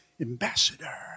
Ambassador